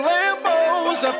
Lambos